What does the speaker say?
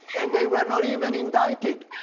and they were not even indicted!